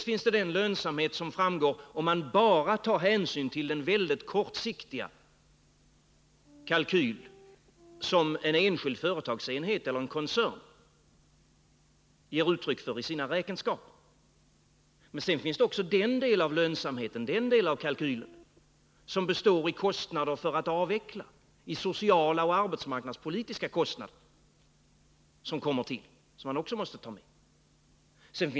En del av lönsamheten kommer fram om man bara tar hänsyn till den väldigt kortsiktiga kalkyl som en enskild företagsenhet eller en koncern ger uttryck för i sina räkenskaper. En annan sida av lönsamheten kommer fram i den del av kalkylen som består av kostnader för att avveckla, dvs. de sociala och arbetsmarknadspolitiska kostnader som kommer till och som man också måste ta med i beräkningen.